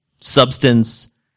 substance